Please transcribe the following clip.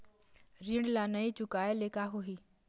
ऋण ला नई चुकाए ले का होही?